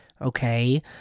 okay